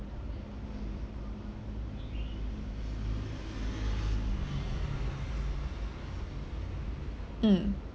mm